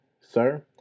sir